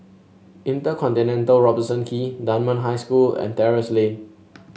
Inter Continental Robertson Quay Dunman High School and Terrasse Lane